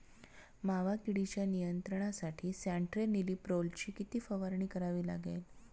मावा किडीच्या नियंत्रणासाठी स्यान्ट्रेनिलीप्रोलची किती फवारणी करावी लागेल?